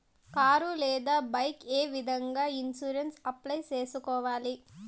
car లేదా bike ఏ విధంగా ఇన్సూరెన్సు అప్లై సేసుకోవాలి